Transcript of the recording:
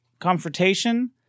confrontation